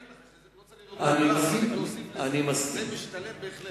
אני אומר לך שצריך להוסיף לזה, זה משתלם בהחלט.